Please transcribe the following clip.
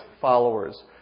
followers